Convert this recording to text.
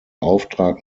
auftrag